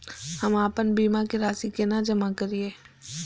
हम आपन बीमा के राशि केना जमा करिए?